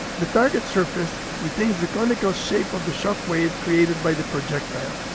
the target surface retains the conical shape of the shock wave created by the projectile.